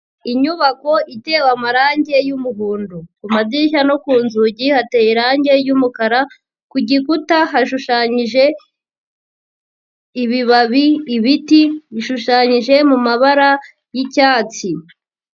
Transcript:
Inyubako itewe amarangi y'umuhondo. Ku madirishya no ku nzugi hateye irangi y'umukara, ku gikuta hashushanyije ibibabi, ibiti, bishushanyije mu mabara y'icyatsi.